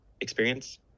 experience